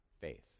faith